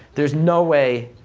there's no way,